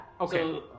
Okay